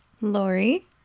Lori